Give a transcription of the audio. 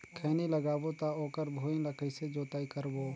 खैनी लगाबो ता ओकर भुईं ला कइसे जोताई करबो?